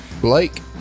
Blake